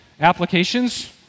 applications